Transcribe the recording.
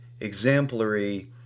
exemplary